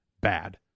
bad